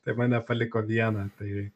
tai mane paliko vieną tai